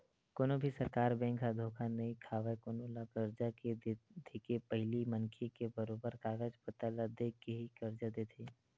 कोनो भी सरकारी बेंक ह धोखा नइ खावय कोनो ल करजा के देके पहिली मनखे के बरोबर कागज पतर ल देख के ही करजा देथे